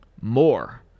more